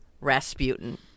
Rasputin